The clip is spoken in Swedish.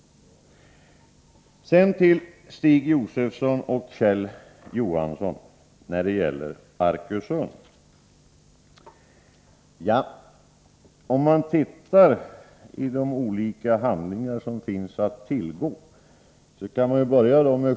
Sedan några ord till Stig Josefson och Kjell Johansson när det gäller Arkösund. Det finns i detta ärende olika handlingar att tillgå.